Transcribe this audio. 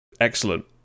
Excellent